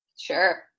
Sure